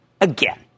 again